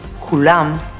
kulam